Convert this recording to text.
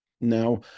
now